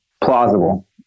plausible